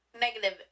Negative